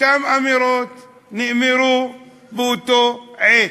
אותן אמירות נאמרו באותה העת.